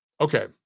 Okay